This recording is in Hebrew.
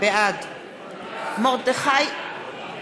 בעד מרדכי, בעד.